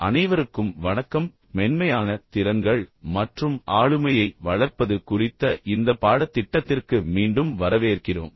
அனைவருக்கும் வணக்கம் மென்மையான திறன்கள் மற்றும் ஆளுமையை வளர்ப்பது குறித்த இந்த பாடத்திட்டத்திற்கு மீண்டும் வரவேற்கிறோம்